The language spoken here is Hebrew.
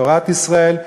בתורת ישראל,